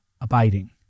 abiding